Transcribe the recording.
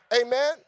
Amen